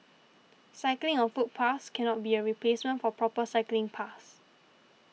cycling on footpaths cannot be a replacement for proper cycling paths